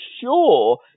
sure